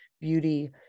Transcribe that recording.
beauty